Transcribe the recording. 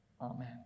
Amen